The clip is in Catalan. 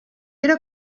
era